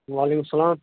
وعلیکُم سلام